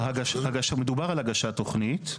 מדובר על הגשת תוכנית,